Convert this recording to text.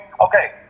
Okay